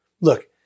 Look